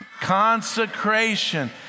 consecration